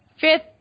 fifth